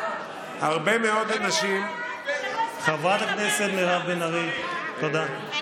הרבה מאוד אנשים, חברת הכנסת מירב בן ארי, תודה.